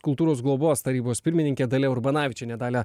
kultūros globos tarybos pirmininkė dalia urbanavičienė dalia